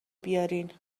بیارین